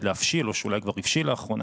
להבדיל או שאולי כבר הבשיל לאחרונה.